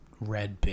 red